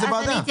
איזו ועדה?